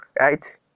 right